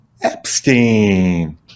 epstein